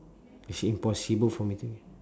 it's impossible for me to ge~